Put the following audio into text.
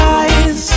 eyes